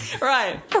right